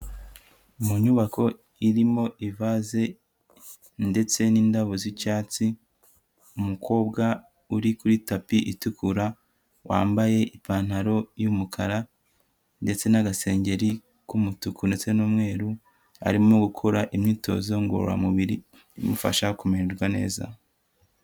Mu nyubako irimo ivaze ndetse n'indabo z'icyatsi, umukobwa uri kuri tapi itukura, wambaye ipantaro y'umukara ndetse n'agasengeri k'umutuku ndetse n'umweru arimo gukora imyitozo ngororamubiri imufasha kumererwa neza.